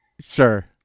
Sure